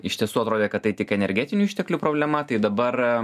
iš tiesų atrodė kad tai tik energetinių išteklių problema tai dabar